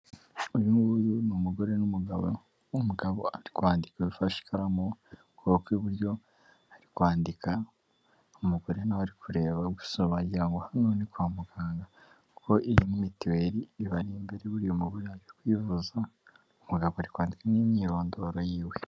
Uyu nguyu ni umugore n'umugabo , umugabo ari kwandika afashe ikaramu ku kuboko kw'iburyo, ari kwandika umugore na we ari kureba, gusa wagira ngo hano ni kwa muganga, kuko iyi ni mitiweli ibari imbere, buriya umugore yaje kwivuza, umugabo ari kwandika n'imyirondoro yiwe.